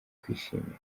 kwishimira